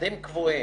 עובדים קבועים.